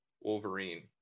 Wolverine